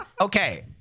Okay